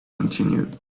continued